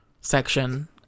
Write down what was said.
section